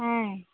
ఆయి